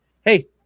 hey